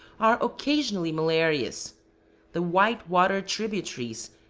are occasionally malarious the white-water tributaries,